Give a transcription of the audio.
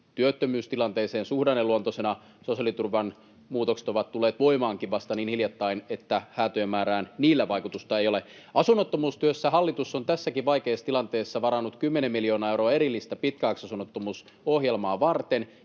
työttömyystilanteeseen suhdanneluontoisena. Sosiaaliturvan muutokset ovat tulleet voimaankin vasta niin hiljattain, että häätöjen määrään niillä ei ole vaikutusta. Asunnottomuustyössä hallitus on tässäkin vaikeassa tilanteessa varannut kymmenen miljoonaa euroa erillistä pitkäaikaisasunnottomuusohjelmaa varten.